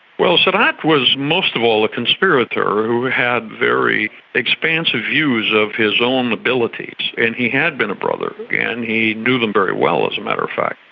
well, sadat was most of all a conspirator who had very expansive views of his own abilities. and he had been a brother and he knew them very well, as a matter of fact.